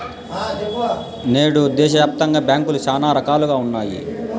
నేడు దేశాయాప్తంగా బ్యాంకులు శానా రకాలుగా ఉన్నాయి